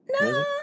No